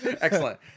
Excellent